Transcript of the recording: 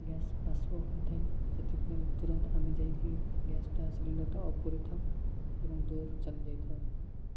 gas ବାଷ୍ପ ହୋଇଥାଏ ସେଥିପାଇଁ ତୁରନ୍ତ ଆମେ ଯାଇକି ଗ୍ୟାସ୍ଟା ସିଲିଣ୍ଡ୍ରଟା ଅଫ୍ କରିଥାଉ ଏବଂ ଦୂରକୁ ଚାଲି ଯାଇଥାଉ